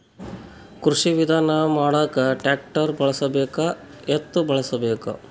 ಕೃಷಿ ವಿಧಾನ ಮಾಡಾಕ ಟ್ಟ್ರ್ಯಾಕ್ಟರ್ ಬಳಸಬೇಕ, ಎತ್ತು ಬಳಸಬೇಕ?